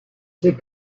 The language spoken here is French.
c’est